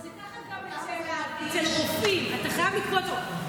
אבל זה ככה גם אצל רופאים, אתה חייב לקבוע תור.